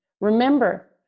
Remember